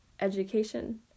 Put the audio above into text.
education